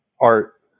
art